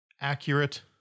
accurate